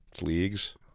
leagues